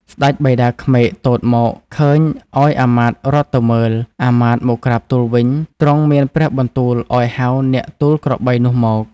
ស្តេចបិតាក្មេកទតមក ឃើញអោយអាមាត្យរត់ទៅមើល អាមាត្យមកក្រាបទូលវិញ ទ្រង់មានព្រះបន្ទូលអោយ ហៅអ្នកទូលក្របីនោះមក